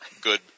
good